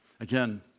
Again